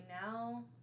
now